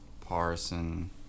Parson